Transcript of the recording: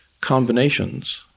combinations